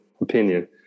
opinion